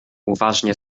uważnie